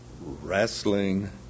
Wrestling